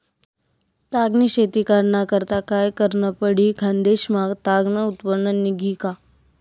ताग नी शेती कराना करता काय करनं पडी? खान्देश मा ताग नं उत्पन्न निंघी का